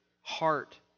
heart